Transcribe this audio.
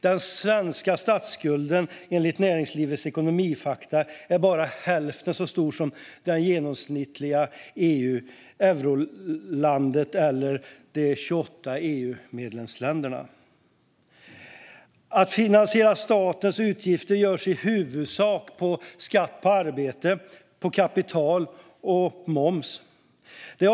Den svenska statsskulden är enligt Näringslivets ekonomifakta bara hälften så stor som den genomsnittliga skulden i euroländerna och de 28 EU-medlemsländerna. Att finansiera statens utgifter görs i huvudsak genom skatt på arbete, kapital och moms.